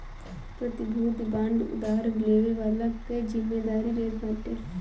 प्रतिभूति बांड उधार लेवे वाला कअ जिमेदारी लेत बाटे